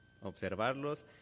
observarlos